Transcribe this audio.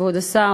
כבוד השר,